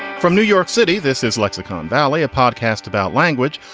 from new york city, this is lexicon valley, a podcast about language.